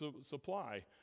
supply